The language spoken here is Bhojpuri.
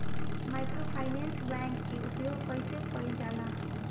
माइक्रोफाइनेंस बैंक के उपयोग कइसे कइल जाला?